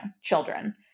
children